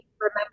remember